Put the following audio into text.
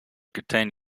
contain